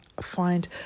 find